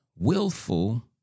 willful